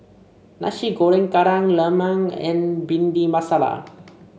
Nasi Goreng keran lemang and bhind masala